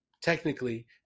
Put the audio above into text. technically